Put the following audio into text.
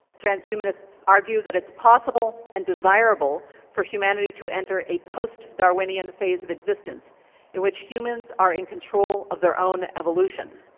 transhumanists argue that it's possible and desirable for humanity to enter a post-darwinian phase of existence in which humans are in control of their own evolution.